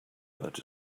that